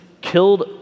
killed